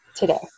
Today